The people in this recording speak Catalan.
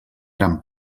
gran